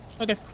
Okay